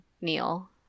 Neil